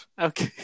Okay